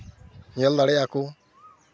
ᱧᱮᱞ ᱫᱟᱲᱮᱭᱟᱜ ᱟᱠᱚ